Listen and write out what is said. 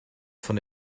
von